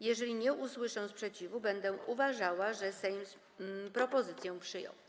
Jeżeli nie usłyszę sprzeciwu, będę uważała, że Sejm propozycje przyjął.